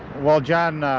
well, john,